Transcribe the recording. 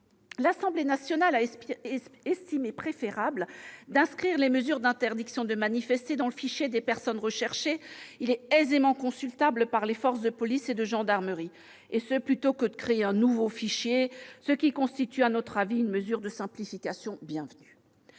l'Assemblée nationale a estimé préférable d'inscrire les mesures d'interdiction de manifester dans le fichier des personnes recherchées, document aisément consultable par les forces de police et de gendarmerie, plutôt que de créer un nouveau fichier. Il s'agit, à nos yeux, d'une mesure de simplification bienvenue.